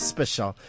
Special